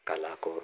कला को